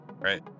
Right